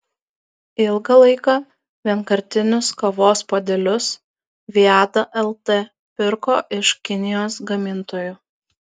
ilgą laiką vienkartinius kavos puodelius viada lt pirko iš kinijos gamintojų